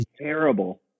terrible